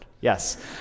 yes